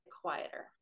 quieter